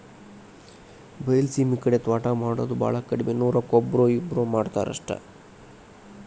ಬೈಲಸೇಮಿ ಕಡೆ ತ್ವಾಟಾ ಮಾಡುದ ಬಾಳ ಕಡ್ಮಿ ನೂರಕ್ಕ ಒಬ್ಬ್ರೋ ಇಬ್ಬ್ರೋ ಮಾಡತಾರ ಅಷ್ಟ